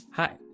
Hi